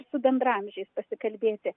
su bendraamžiais pasikalbėti